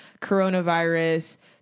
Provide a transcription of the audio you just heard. Coronavirus